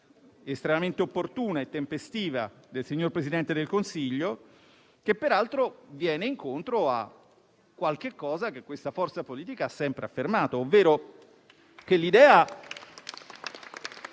estremamente opportuna e tempestiva del signor Presidente del Consiglio, che peraltro viene incontro a una cosa che questa forza politica ha sempre affermato. L'idea